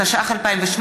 התשע"ח 2018,